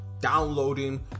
downloading